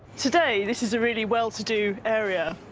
today, this is a really well-to-do area,